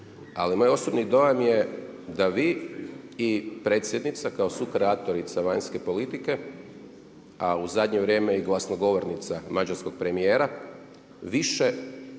Ali moj osobni dojam je da vi i predsjednica kao sukreatorica vanjske politike, a u zadnje vrijeme i glasnogovornica mađarskog premijera više